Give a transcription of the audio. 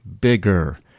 bigger